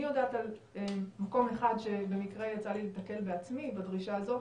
אני יודעת על מקום אחד שבמקרה יצא לי להיתקל בעצמי בדרישה הזאת